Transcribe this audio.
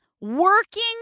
working